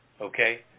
okay